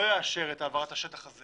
לא יאשר את העברת השטח הזה